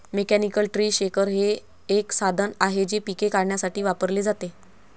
mechanical tree shaker हे एक साधन आहे जे पिके काढण्यासाठी वापरले जाते